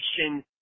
action